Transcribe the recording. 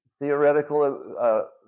Theoretical